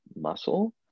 muscle